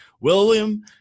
William